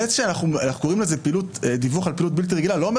זה שאנחנו קוראים לזה דיווח על פעילות בלתי רגילה לא אומר